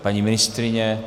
Paní ministryně?